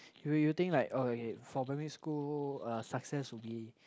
you you think like oh okay for primary school uh success would be